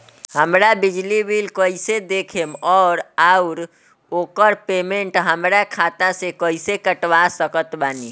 हमार बिजली बिल कईसे देखेमऔर आउर ओकर पेमेंट हमरा खाता से कईसे कटवा सकत बानी?